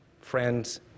friends